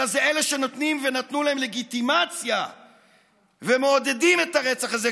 אלא זה אלה שנותנים ונתנו להם לגיטימציה ומעודדים את הרצח הזה.